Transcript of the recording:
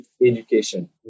education